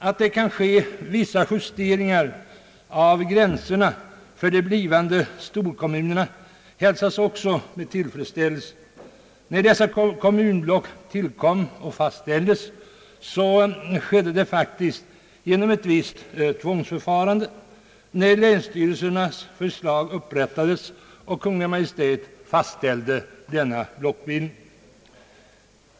Att vissa justeringar kan ske av gränserna för de blivande storkommunerna hälsas också med tillfredsställelse. När dessa kommunblock tillkom och fastställdes skedde det faktiskt genom ett visst tvångsförfarande när länsstyrelsernas förslag upprättades och Kungl. Maj:t fastställde blockbildningen.